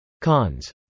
Cons